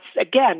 again